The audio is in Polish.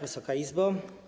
Wysoka Izbo!